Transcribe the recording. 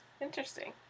interesting